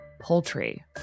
Poultry